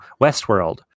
Westworld